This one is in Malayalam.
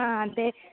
ആ അതെ